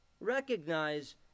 recognize